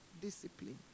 Discipline